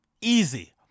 easy